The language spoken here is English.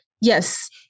yes